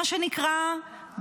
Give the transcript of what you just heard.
מה שנקרא,